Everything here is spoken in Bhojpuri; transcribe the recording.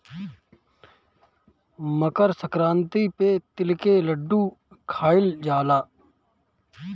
मकरसंक्रांति पे तिल के लड्डू खाइल जाला